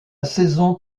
saison